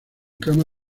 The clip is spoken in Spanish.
cama